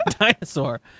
dinosaur